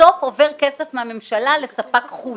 בסוף עובר כסף מהממשלה לספק חוץ.